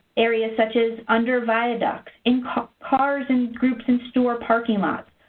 areas such as under viaducts, in cars cars and groups and store parking lots,